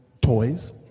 toys